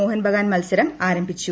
മോഹൻ ബഗാൻ മത്സരം ആരംഭിച്ചു